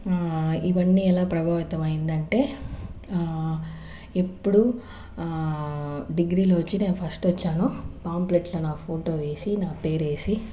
ఇవన్నీ ఎలా ప్రభావితమైందంటే ఇప్పుడు డిగ్రీలో వచ్చి నేను ఫస్ట్ వచ్చాను పాంప్లెట్లో నా ఫోటో వేసి నా పేరేసి